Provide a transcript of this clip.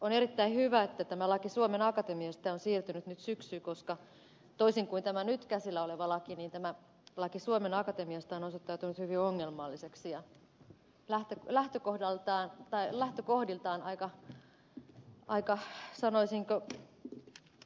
on erittäin hyvä että tämä laki suomen akatemiasta on siirtynyt nyt syksyyn koska toisin kuin tämä nyt käsillä oleva laki tämä laki suomen akatemiasta on osoittautunut hyvin ongelmalliseksi ja lähtökohdiltaan aika sanoisinko ohueksi